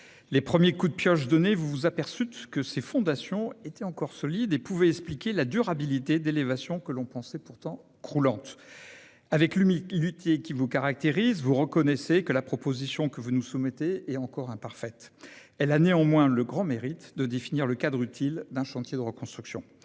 Les premiers coups de pioche donnés, vous vous aperçûtes que ses fondations, encore bien solides, pouvaient expliquer la durabilité d'élévations que l'on pensait croulantes. Avec l'humilité qui vous caractérise, vous reconnaissez que la proposition de loi que vous nous soumettez est encore imparfaite. Elle a néanmoins le mérite de définir le cadre utile d'un chantier de reconstruction.